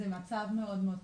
זה מצב מאוד מאוד קשה.